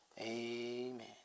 Amen